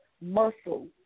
muscle